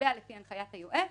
לגביה לפיה הנחיית היועץ.